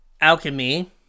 alchemy